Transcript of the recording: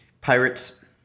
Pirates